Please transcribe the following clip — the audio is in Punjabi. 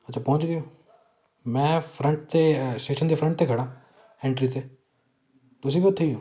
ਅੱਛਾ ਪਹੁੰਚ ਗਏ ਹੋ ਮੈਂ ਫਰੰਟ 'ਤੇ ਸਟੇਸ਼ਨ ਦੇ ਫਰੰਟ 'ਤੇ ਖੜ੍ਹਾ ਐਂਟਰੀ 'ਤੇ ਤੁਸੀਂ ਵੀ ਉੱਥੇ ਹੀ ਹੋ